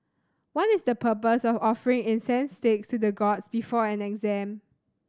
what is the purpose of offering incense sticks to the gods before an exam